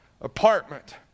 apartment